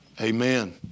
amen